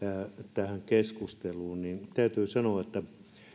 tähän keskusteluun niin täytyy sanoa että